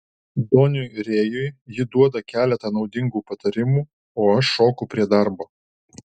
doniui rėjui ji duoda keletą naudingų patarimų o aš šoku prie darbo